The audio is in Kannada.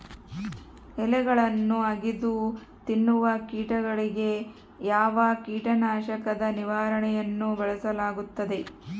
ಎಲೆಗಳನ್ನು ಅಗಿದು ತಿನ್ನುವ ಕೇಟಗಳಿಗೆ ಯಾವ ಕೇಟನಾಶಕದ ನಿರ್ವಹಣೆಯನ್ನು ಬಳಸಲಾಗುತ್ತದೆ?